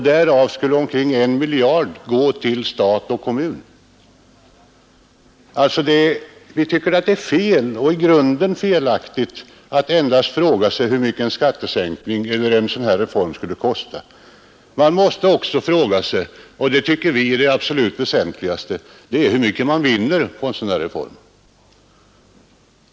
Därav skulle omkring 1 miljard gå till stat och kommun. Vi tycker det är i grunden felaktigt att endast fråga sig hur mycket en sådan här reform skulle kosta. Man måste också fråga sig, och det tycker vi är det absolut väsentliga, hur mycket man vinner på en sådan här reform.